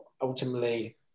ultimately